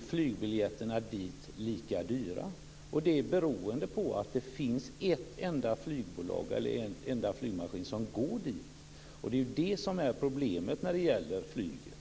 Flygbiljetterna dit är lika dyra. Det beror på att det finns ett enda flygbolag, eller en enda flygmaskin, som går dit. Det är ju det som är problemet när det gäller flyget.